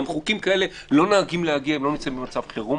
גם חוקים כאלה לא נוהגים להגיע כשנמצאים במצב חירום.